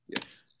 Yes